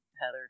Heather